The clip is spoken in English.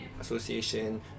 Association